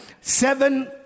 seven